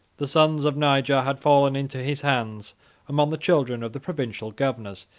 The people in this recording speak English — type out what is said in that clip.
the sons of niger had fallen into his hands among the children of the provincial governors,